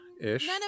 ish